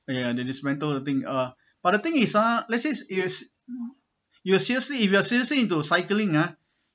ya they dismantle the thing uh but the thing is ah let say if you're seriously if you are seriously into cycling ah